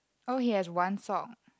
oh he has one sock